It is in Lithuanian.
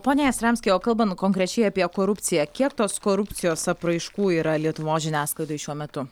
pone jastramski o kalbant konkrečiai apie korupciją kiek tos korupcijos apraiškų yra lietuvos žiniasklaidoje šiuo metu